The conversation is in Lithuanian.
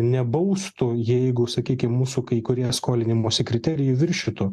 nebaustų jeigu sakykim mūsų kai kurie skolinimosi kriterijai viršytų